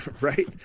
Right